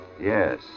Yes